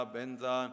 Benza